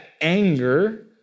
anger